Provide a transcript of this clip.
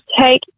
take